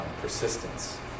persistence